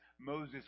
Moses